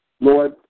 Lord